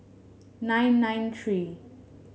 nine nine three